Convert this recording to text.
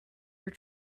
your